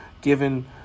given